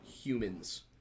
humans